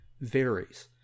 varies